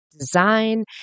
design